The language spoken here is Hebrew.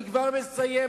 אני כבר מסיים,